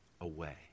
away